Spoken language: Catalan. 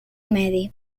medi